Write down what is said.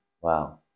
Wow